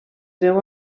veu